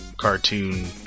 cartoon